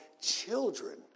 children